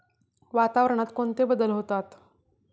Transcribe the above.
वातावरणात कोणते बदल होतात?